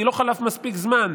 כי לא חלף מספיק זמן.